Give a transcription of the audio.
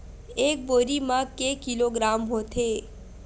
एक बोरी म के किलोग्राम होथे?